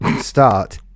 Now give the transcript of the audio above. start